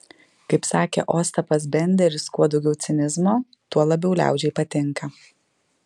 kaip sakė ostapas benderis kuo daugiau cinizmo tuo labiau liaudžiai patinka